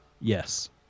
yes